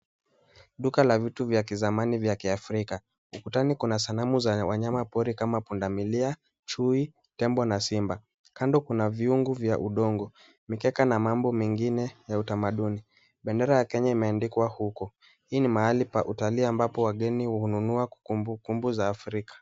Duka la vitu vya kizamani vya kiafrika. Ukutani kuna sanamu za wanyama pori kama punda milia, chui, tembo na simba. Kando kuna viungo vya udongo, mikeka na mambo mengine ya utamaduni. Bendera ya Kenya imeandikwa huku. Hii ni mahali pa utalii ambapo wageni hununua kumbukumbu za Afrika.